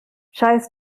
scheiß